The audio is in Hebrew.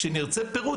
כשנרצה פירוט,